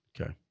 Okay